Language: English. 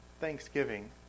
thanksgiving